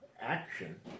action